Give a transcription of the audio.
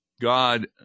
God